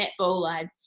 netball